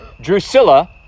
Drusilla